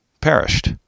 perished